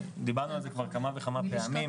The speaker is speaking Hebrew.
דיברנו על זה כבר כמה וכמה פעמים.